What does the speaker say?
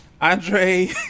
Andre